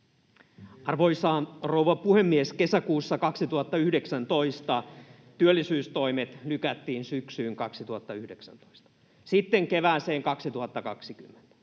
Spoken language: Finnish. Arvoisa rouva puhemies! Kesäkuussa 2019 työllisyystoimet lykättiin syksyyn 2019, sitten kevääseen 2020